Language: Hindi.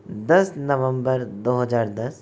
दस नवम्बर दो हज़ार दस